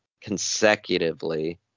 consecutively